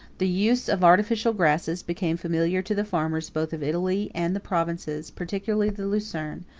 the use of artificial grasses became familiar to the farmers both of italy and the provinces, particularly the lucerne,